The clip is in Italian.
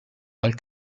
dal